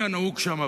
היה נהוג שם,